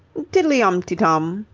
tiddly-omty-om,